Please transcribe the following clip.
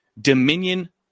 Dominion